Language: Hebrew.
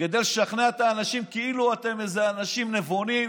כדי לשכנע את האנשים כאילו אתם איזה אנשים נבונים,